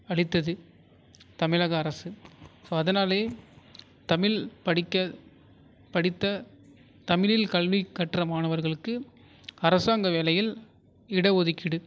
அளித்தது தமிழக அரசு ஸோ அதனாலேயே தமிழ் படிக்க படித்த தமிழில் கல்வி கற்ற மாணவர்களுக்கு அரசாங்க வேலையில் இட ஒதுக்கீடு